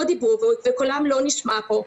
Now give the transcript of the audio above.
קולם לא נשמע פה,